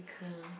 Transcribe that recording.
ya